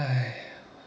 eh